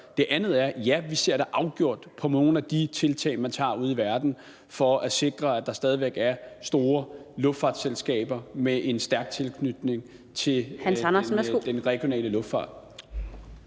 Det andet er, at vi da afgjort ser på nogle af de tiltag, man tager ude i verden for at sikre, at der stadig er store luftfartsselskaberne med en stærk tilknytning til den regionale luftfart.